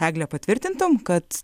egle patvirtintum kad